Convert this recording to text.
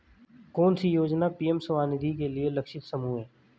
कौन सी योजना पी.एम स्वानिधि के लिए लक्षित समूह है?